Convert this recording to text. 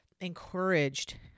encouraged